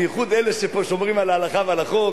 בייחוד אלה שפה שומרים על ההלכה ועל החוק,